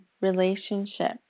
relationship